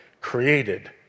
created